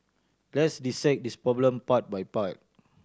let's dissect this problem part by part